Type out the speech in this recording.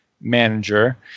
manager